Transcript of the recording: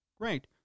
Great